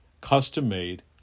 custom-made